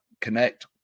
Connect